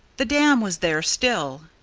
the dam was there still.